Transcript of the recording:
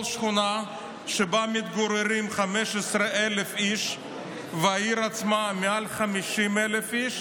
כל שכונה שבה מתגוררים 15,000 איש ובעיר עצמה מעל 50,000 איש,